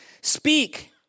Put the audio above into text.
speak